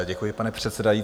Děkuji, pane předsedající.